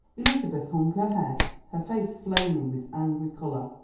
elizabeth hung her head, her face flaming with angry colour.